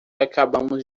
acabamos